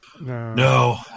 No